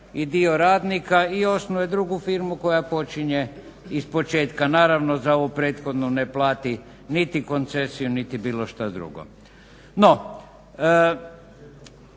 i dio radnika i osnuje drugu firmu koja počinje ispočetka. Naravno za ovo prethodno ne plati niti koncesiju niti bilo što drugo.